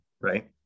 right